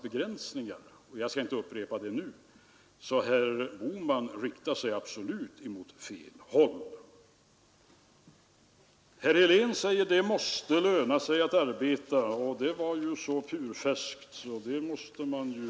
Därför är det oförsiktigt att gå ut och binda sig på det sätt som jag tyckte att herr Fälldin hade en benägenhet att göra.